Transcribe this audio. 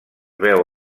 veu